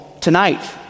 tonight